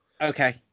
Okay